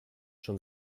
schon